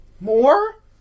More